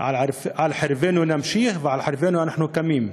"על חרבנו נמשיך ועל חרבנו אנחנו קמים".